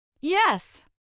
Yes